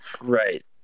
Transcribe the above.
Right